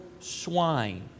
swine